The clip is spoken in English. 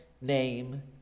name